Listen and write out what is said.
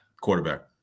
Quarterback